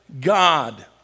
God